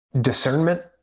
discernment